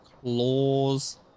claws